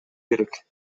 керек